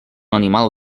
animal